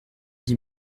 dix